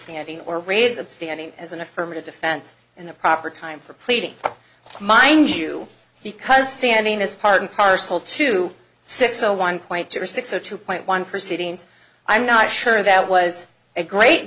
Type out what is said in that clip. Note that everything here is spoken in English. standing or raise and standing as an affirmative defense in the proper time for pleading mind you because standing is part and parcel to six zero one point two six zero two point one proceedings i'm not sure that was a great